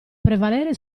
prevalere